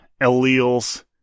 alleles